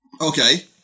Okay